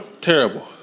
Terrible